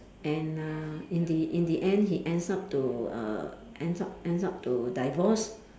and uh in the in the end he ends up to uh ends up ends up to divorce